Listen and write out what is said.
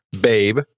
Babe